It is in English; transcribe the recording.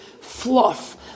fluff